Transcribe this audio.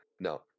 No